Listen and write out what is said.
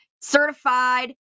certified